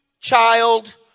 Child